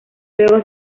luego